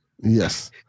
Yes